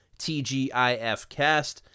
TGIFcast